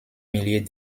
millier